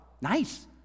Nice